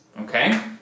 okay